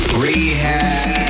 Rehab